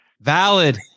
valid